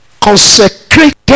consecrated